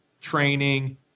training